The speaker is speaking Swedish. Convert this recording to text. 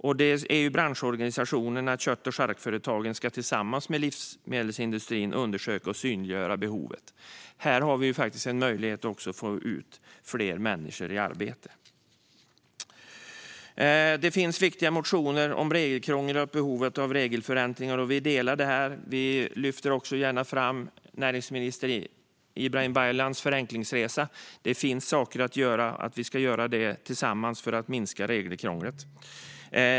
Det är branschorganisationen Kött och Charkföretagen som tillsammans med livsmedelsstrategin ska undersöka och synliggöra behovet. Här har vi också en möjlighet att få ut fler människor i arbete. Det finns viktiga motioner om regelkrångel och behovet av regelförändringar. Vi delar den synen, och vi lyfter gärna fram näringsminister Ibrahim Baylans förenklingsresa. Det finns saker att göra, och vi ska göra dem tillsammans för att minska regelkrånglet.